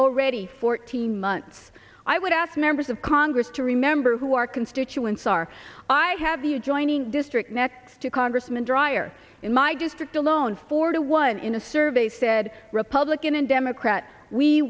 already fourteen months i would ask members of congress to remember who our constituents are i have the adjoining district next to congressman dreier in my district alone four to one in a survey said republican and democrat we